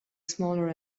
smaller